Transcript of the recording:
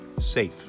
safe